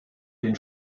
den